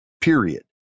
Period